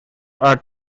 are